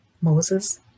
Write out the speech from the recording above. Moses